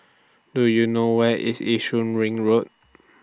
Do YOU know Where IS Yishun Ring Road